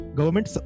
government